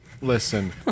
Listen